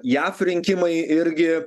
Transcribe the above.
jav rinkimai irgi